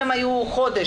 אם הם היו חודש